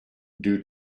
due